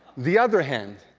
the other hand.